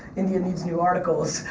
india needs new articles,